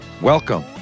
welcome